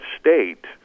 state